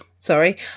Sorry